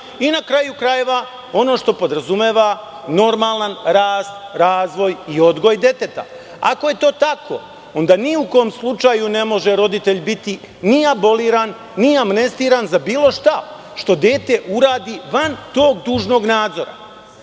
i, na kraju krajeva, ono što podrazumeva normalan rast, razvoj i odgoj deteta. Ako je to tako, onda ni u kom slučaju ne može roditelj biti ni aboliran, ni amnestiran za bilo šta što dete uradi van tog dužnog nadzora. Možemo